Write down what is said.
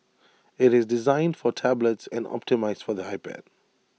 IT is designed for tablets and optimised for the iPad